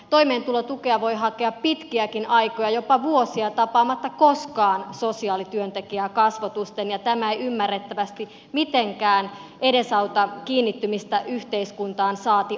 toimeentulotukea voi hakea pitkiäkin aikoja jopa vuosia tapaamatta koskaan sosiaalityöntekijää kasvotusten ja tämä ei ymmärrettävästi mitenkään edesauta kiinnittymistä yhteiskuntaan saati aktivoi